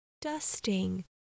dusting